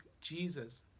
Jesus